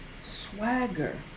Swagger